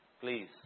Please